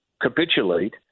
capitulate